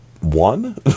one